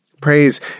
Praise